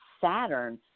Saturn